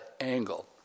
angle